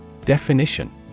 Definition